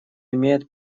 имеет